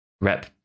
Rep